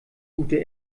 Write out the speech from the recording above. gute